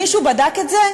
מישהו בדק את זה?